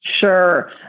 Sure